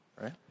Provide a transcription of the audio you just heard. right